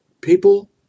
People